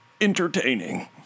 entertaining